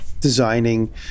designing